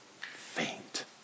faint